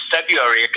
February